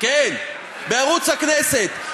כן, בערוץ הכנסת.